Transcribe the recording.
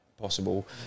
possible